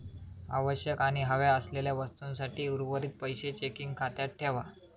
आवश्यक आणि हव्या असलेल्या वस्तूंसाठी उर्वरीत पैशे चेकिंग खात्यात ठेवा